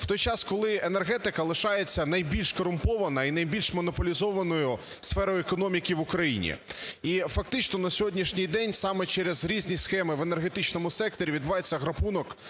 у той час, коли енергетика лишається найбільш корумпованою і найбільш монополізованою сферою економіки в Україні. І фактично на сьогоднішній день саме через різні схеми в енергетичному секторі відбувається грабунок